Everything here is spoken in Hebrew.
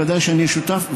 בוודאי שאני אהיה שותף,